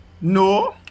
No